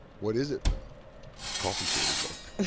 what is it, though? a coffee table book.